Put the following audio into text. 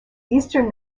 eastern